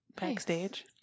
backstage